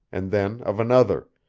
and then of another,